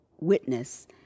witness